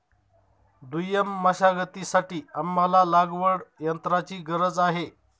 दुय्यम मशागतीसाठी आम्हाला लागवडयंत्राची गरज आहे